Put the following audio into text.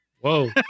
Whoa